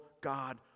God